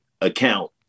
account